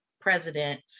president